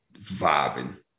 vibing